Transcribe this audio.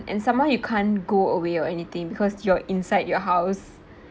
and some more you can't go away or anything because you're inside your house